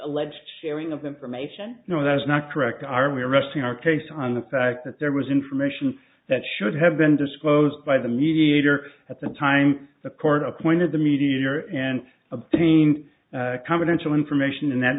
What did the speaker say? alleged sharing of information you know that is not correct the army arresting our case on the fact that there was information that should have been disclosed by the mediator at the time the court appointed the mediator and obtained confidential information and that